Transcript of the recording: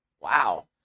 Wow